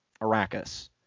Arrakis